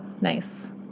nice